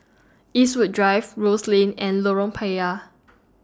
Eastwood Drive Rose Lane and Lorong Payah